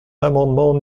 l’amendement